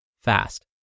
fast